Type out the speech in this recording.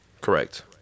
Correct